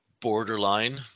borderline